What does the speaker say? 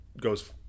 goes